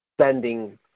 spending